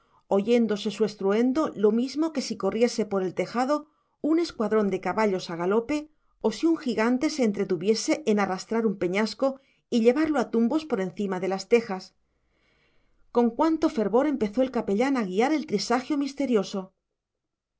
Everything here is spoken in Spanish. oyéndose su estruendo lo mismo que si corriese por el tejado un escuadrón de caballos a galope o si un gigante se entretuviese en arrastrar un peñasco y llevarlo a tumbos por encima de las tejas con cuánto fervor empezó el capellán a guiar el trisagio misterioso